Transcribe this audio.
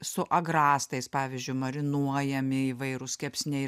su agrastais pavyzdžiui marinuojami įvairūs kepsniai